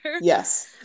Yes